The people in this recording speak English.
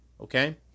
okay